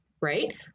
right